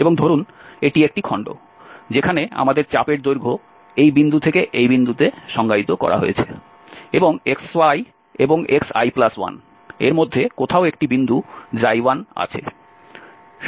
এবং ধরুন এটি একটি খন্ড যেখানে আমাদের চাপের দৈর্ঘ্য এই বিন্দু থেকে এই বিন্দুতে সংজ্ঞায়িত করা হয়েছে এবং xi এবং xi1 এর মধ্যে কোথাও একটি বিন্দু i আছে